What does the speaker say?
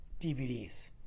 DVDs